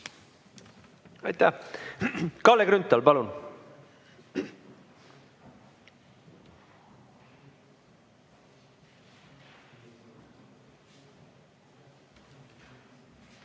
Aitäh! Kalle Grünthal, palun!